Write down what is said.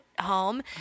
home